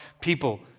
people